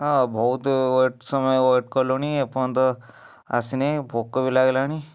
ହଁ ବହୁତ ୱେଟ ସମୟ ୱେଟ କଲୁଣି ଏ ପର୍ଯ୍ୟନ୍ତ ଆସିନାହିଁ ଭୋକ ବି ଲାଗିଲାଣି